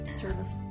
service